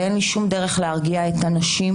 ואין לי שום דרך להרגיע את הנשים,